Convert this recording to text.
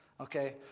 okay